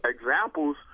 examples